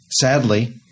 Sadly